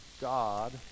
god